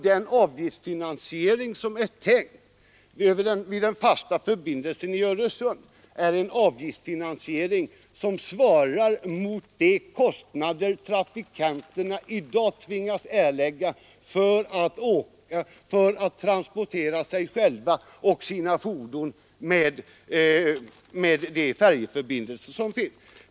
Den avgiftsfinansiering som är tänkt vid den fasta förbindelsen över Öresund svarar mot de kostnader trafikanterna i dag får vidkännas för att transportera sig själva och sina fordon med de färjeförbindelser som finns.